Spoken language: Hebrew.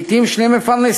לעתים שני מפרנסים,